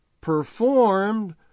performed